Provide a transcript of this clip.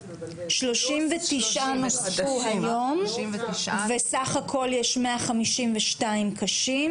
אני אגיד שספציפית על הנושא של ההשכלה